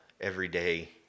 everyday